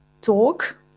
talk